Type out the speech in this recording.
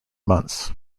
months